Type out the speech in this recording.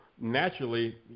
naturally